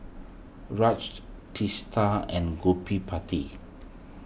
Raj Teesta and Gottipati